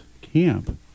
camp